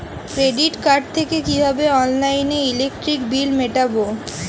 Credit card থেকে কিভাবে অনলাইনে ইলেকট্রিক বিল মেটাবো?